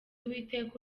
uwiteka